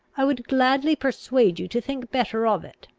i would gladly persuade you to think better of it.